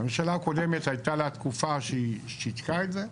הממשלה הקודמת, הייתה לה תקופה שהיא שיתקה את זה,